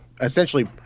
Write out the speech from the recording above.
essentially